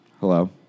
Hello